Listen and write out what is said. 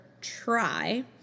try